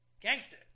Gangster